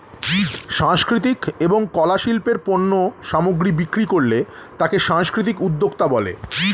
সাংস্কৃতিক এবং কলা শিল্পের পণ্য সামগ্রী বিক্রি করলে তাকে সাংস্কৃতিক উদ্যোক্তা বলে